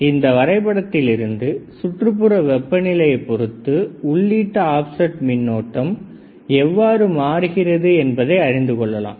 அந்த வரைபடத்தில் இருந்து சுற்றுப்புற வெப்ப நிலையைப் பொறுத்து உள்ளீட்டு ஆப்செட் மின்னோட்டம் எவ்வாறு மாறுகிறது என்பதை அறிந்து கொள்ளலாம்